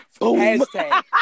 Hashtag